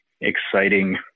exciting